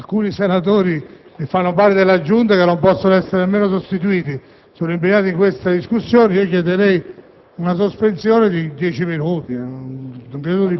alcuni senatori che fanno parte della Giunta e che non possono essere sostituiti sono impegnati in tale discussione, vorrei chiedere una sospensione della seduta